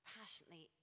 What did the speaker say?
passionately